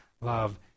love